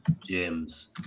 james